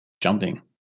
jumping